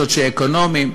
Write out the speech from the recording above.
סוציו-אקונומיים,